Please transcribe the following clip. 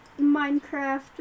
Minecraft